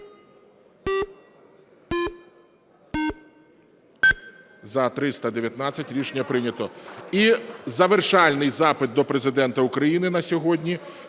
За-319 Рішення прийнято. І завершальний запит до Президента України на сьогодні,